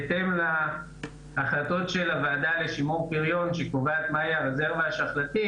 בהתאם להחלטות של הוועדה לשימור פריון שקובעת מה היא הרזרבה השחלתית